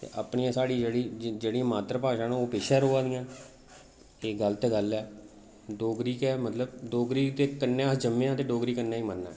अपनी साढ़ी एह् जेह्ड़ी जेह्ड़ी मात्तर भाशा न ओह् पिच्छें र'वै दियां न एह् गल्त गल्ल ऐ डोगरी गै मतलब डोगरी दे कन्नै अस जम्मे आं ते डोगरी कन्नै गै मरना ऐ